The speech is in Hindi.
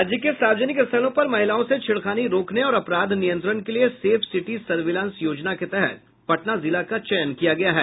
राज्य के सार्वजनिक स्थलों पर महिलाओं से छेड़खानी रोकने और अपराध नियंत्रण के लिए सेफ सिटी सर्विलांस योजना के तहत पटना जिला का चयन किया गया है